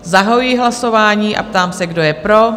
Zahajuji hlasování a ptám se, kdo je pro?